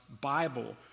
Bible